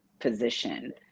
position